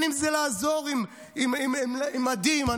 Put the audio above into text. אם זה לעזור עם מדים,